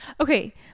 okay